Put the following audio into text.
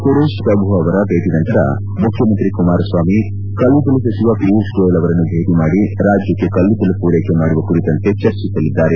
ಸುರೇಶ್ ಪ್ರಭು ಅವರ ಭೇಟ ನಂತರ ಮುಖ್ಯಮಂತ್ರಿ ಕುಮಾರಸ್ವಾಮಿ ಕಲ್ಲಿದ್ದಲು ಸಚಿವ ಪಿಯೂಶ್ ಗೋಯಲ್ ಅವರನ್ನು ಭೇಟ ಮಾಡಿ ರಾಜ್ಯಕ್ಷೆ ಕಲ್ಲಿದ್ದಲು ಪೂರೈಕೆ ಮಾಡುವ ಕುರಿತಂತೆ ಚರ್ಚಿಸಲಿದ್ದಾರೆ